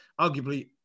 arguably